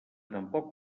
tampoc